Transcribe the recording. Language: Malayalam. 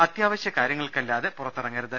അത്യാവശ്യ കാര്യങ്ങൾക്കല്ലാതെ പുറത്തിറങ്ങരുത്